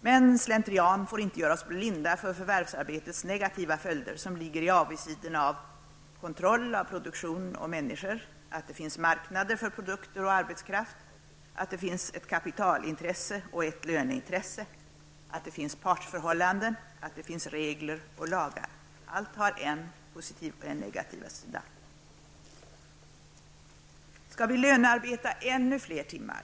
Men slentrian får inte göra oss blinda för förvärvsarbetets negativa följder, som ligger i avigsidorna av: -- att det finns kontroll av produktion och människor, -- att det finns marknader för produkter och arbetskraft, -- att det finns ett kapitalintresse och ett löneintresse, -- att det finns partsförhållanden och -- att det finns regler och lagar. Allt har en positiv och en negativ sida. Skall vi lönearbeta ännu fler timmar?